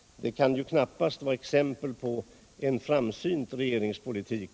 Det kan knappast vara ett exempel på en framsynt regeringspolitik.